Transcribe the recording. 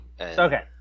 Okay